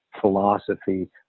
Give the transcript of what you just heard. philosophy